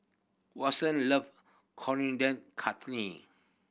Watson love Coriander Chutney